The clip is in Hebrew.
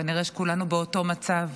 כנראה שכולנו באותו מצב,